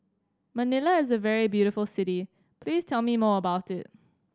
Manila is a very beautiful city please tell me more about it